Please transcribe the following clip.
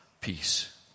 Peace